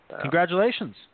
Congratulations